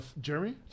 Jeremy